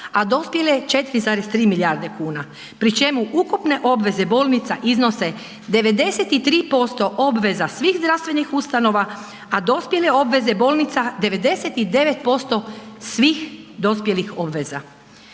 a dospjele 4,3 milijarde kuna pri čemu ukupne obveze bolnica iznose 93% obveza svih zdravstvenih ustanova, a dospjele obveze bolnica 99% svih dospjelih obveza.